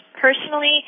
personally